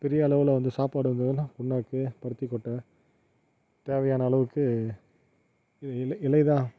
பெரிய அளவில் வந்து சாப்பாடு இந்த இதெல்லாம் புண்ணாக்கு பருத்திக்கொட்டை தேவையான அளவுக்கு இ இலைதான்